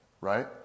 right